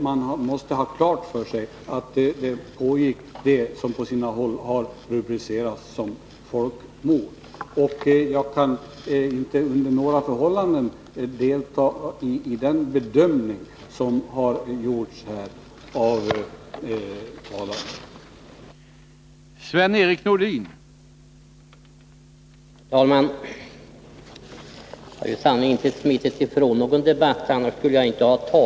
Man skall ha klart för sig att vad som där pågår, på sina håll har rubricerats som folkmord. Jag kan under inga förhållanden instämma i den bedömning som utskottets företrädare här gör.